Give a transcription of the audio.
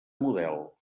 model